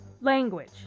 Language